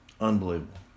unbelievable